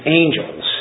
angels